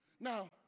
Now